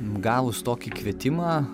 gavus tokį kvietimą